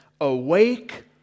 Awake